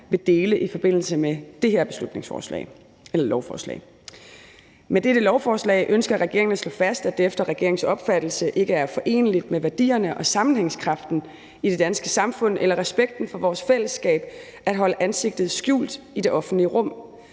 vil dele i forbindelse med det her lovforslag: »Med dette lovforslag ønsker regeringen at slå fast, at det efter regeringens opfattelse ikke er foreneligt med værdierne og sammenhængskraften i det danske samfund eller respekten for vores fællesskab at holde ansigtet skjult i det offentlige rum.